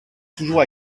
toujours